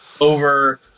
over